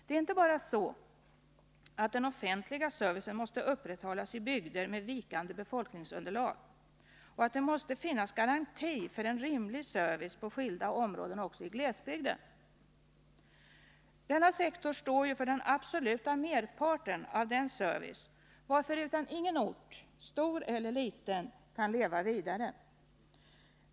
Det är inte bara så att den offentliga servicen måste upprätthållas i bygder med vikande befolkningsunderlag och att det måste finnas garanti för rimlig service på skilda områden också i glesbygden. Denna sektor står ju för den absoluta merparten av den service varförutan ingen ort, stor eller liten, kan leva vidare.